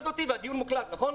הדיון מוקלט, נכון?